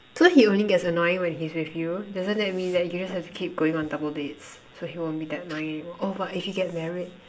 so he only gets annoying when he's with you doesn't that mean that you guys have to keep going on double dates so he won't be that annoying oh but if you get married